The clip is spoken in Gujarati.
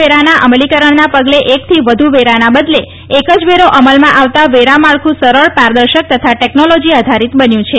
વેરાના અમલીકરણના પગલે એકથી વધુ વેરાના બદલે એક જ વેરો અમલમાં આવતા વેરા માળખું સરળ પારદર્શક તથા ટેકનોલોજી આધારીત બન્યું છે